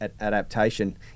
adaptation